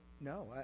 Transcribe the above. No